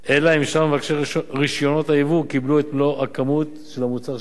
אלא אם שאר מבקשי רשיונות הייבוא קיבלו את מלוא הכמות של המוצר שביקשו.